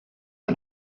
der